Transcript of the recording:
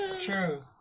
True